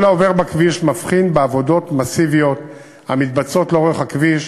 כל העובר בכביש מבחין בעבודות מסיביות המתבצעות לאורך הכביש,